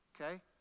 Okay